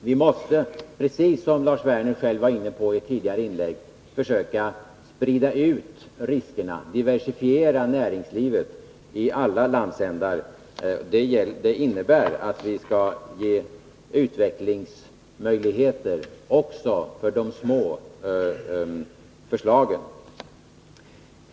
Vi måste, som Lars Werner själv var inne på i ett tidigare inlägg, försöka sprida ut riskerna, diversifiera näringslivet i alla landsändar. Det innebär att vi skall ge också de små företagen utvecklingsmöjligheter.